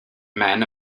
men